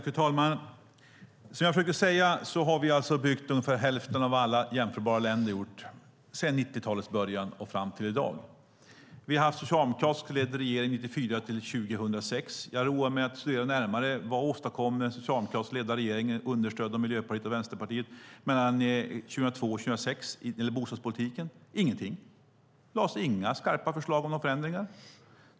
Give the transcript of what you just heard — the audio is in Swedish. Fru talman! Vi har i Sverige byggt ungefär hälften så många lägenheter som alla jämförbara länder har gjort sedan 90-talets början och fram till i dag. Vi hade en socialdemokratiskt ledd regering 1994-2006. Jag har roat mig med att titta närmare på vad den socialdemokratiskt ledda regeringen, understödd av Miljöpartiet och Vänsterpartiet, åstadkom mellan 2002 och 2006 när det gäller bostadspolitiken. Ingenting. Det lades inte fram några skarpa förslag om förändringar.